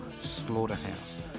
slaughterhouse